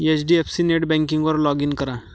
HDFC नेटबँकिंगवर log in करा